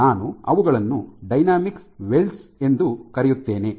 ಆದ್ದರಿಂದ ನಾನು ಅವುಗಳನ್ನು ಡೈನಾಮಿಕ್ ವೆಲ್ಡ್ಸ್ ಎಂದು ಕರೆಯುತ್ತೇನೆ